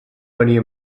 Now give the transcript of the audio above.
venir